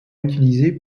utilisée